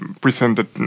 presented